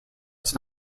its